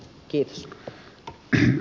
kiitos tehyn